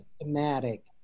systematic